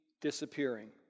disappearing